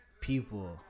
people